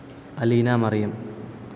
Aleena Mariyam